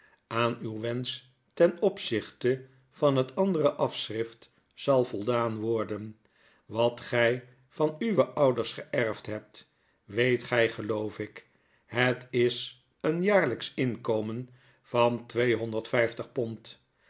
aan uw wensch ten opzichte van het andere afschrift zal voldaan worden wat gij van uwe ouders geerfd hebt weet gy geloof ik het is een jaarlyksch inkomen van tweehonderdvyftig pond